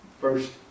first